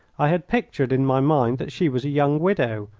i had pictured in my mind that she was a young widow.